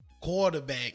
quarterback